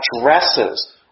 addresses